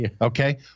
Okay